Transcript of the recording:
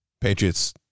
Patriots